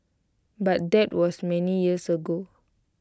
but that was many years ago